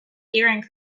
hearing